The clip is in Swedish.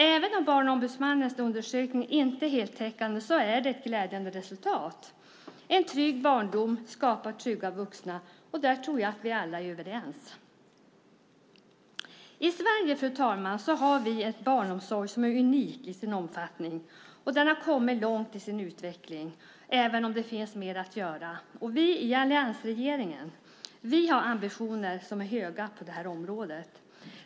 Även om Barnombudsmannens undersökning inte är heltäckande är det ett glädjande resultat. En trygg barndom skapar trygga vuxna. Där tror jag att vi alla är överens. Fru talman! I Sverige har vi en barnomsorg som är unik i sin omfattning. Den har kommit långt i sin utveckling även om det finns mer att göra. Vi i alliansregeringen har ambitioner som är höga på det här området.